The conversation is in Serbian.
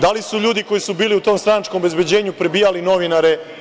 Da li su ljudi koji su bili u tom stranačkom obezbeđenju prebijali novinare?